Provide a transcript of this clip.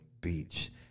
Beach